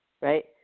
right